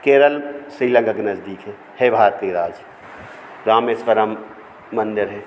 केरल श्रीलंका के नज़दीक हैं है भारत के ही राज रामेश्वरम मंदिर हैं